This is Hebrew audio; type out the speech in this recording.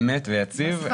אמת ויציב,